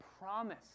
promise